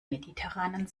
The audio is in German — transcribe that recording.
mediterranen